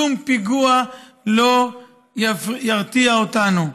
שום פיגוע לא ירתיע אותנו.